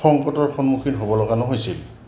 সংকটৰ সন্মুখীন হ'ব লগা নহৈছিল